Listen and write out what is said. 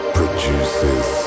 produces